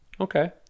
Okay